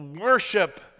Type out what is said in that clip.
worship